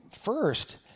first